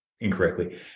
incorrectly